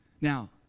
Now